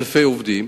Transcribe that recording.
אלפי עובדים,